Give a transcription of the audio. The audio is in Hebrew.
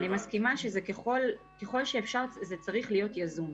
אני מסכימה שככל שאפשר זה צריך להיות יזום.